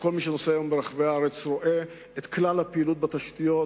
וכל מי שנוסע היום ברחבי הארץ רואה את כלל הפעילות בתשתיות,